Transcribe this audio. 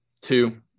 two